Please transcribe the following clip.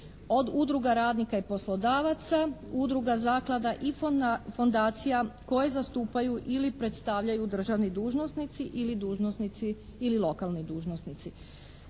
od udruga radnika i poslodavaca, udruga, zaklada i fondacija koje zastupaju ili predstavljaju državni dužnosnici ili dužnosnici ili lokalni dužnosnici.